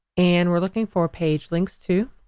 and we're looking for page links to.